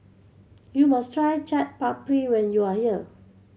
you must try Chaat Papri when you are here